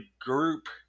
group